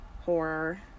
horror